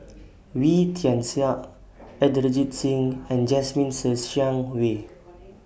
Wee Tian Siak Inderjit Singh and Jasmine Ser Xiang Wei